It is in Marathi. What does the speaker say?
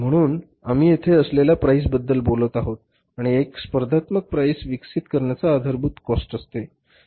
म्हणून आम्ही येथे असलेल्या प्राईस बद्दल बोलत आहोत आणि एक स्पर्धात्मक प्राईस विकसित करण्याचा आधारभूत कॉस्ट असते